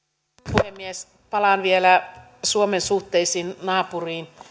puhemies palaan vielä suomen suhteisiin naapuriin